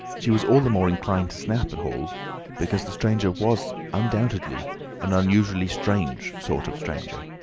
she was all the more inclined to snap at hall because the stranger was undoubtedly an unusually strange sort of stranger,